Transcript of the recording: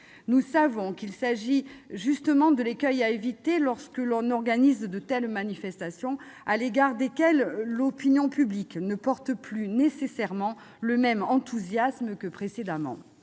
Nous le savons tous, il s'agit justement de l'écueil à éviter lorsque l'on organise de telles manifestations, à l'égard desquelles l'opinion publique n'est plus nécessairement aussi enthousiaste qu'auparavant.